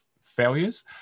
failures